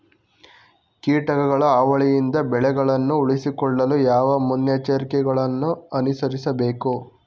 ಕೀಟಗಳ ಹಾವಳಿಯಿಂದ ಬೆಳೆಗಳನ್ನು ಉಳಿಸಿಕೊಳ್ಳಲು ಯಾವ ಮುನ್ನೆಚ್ಚರಿಕೆಗಳನ್ನು ಅನುಸರಿಸಬೇಕು?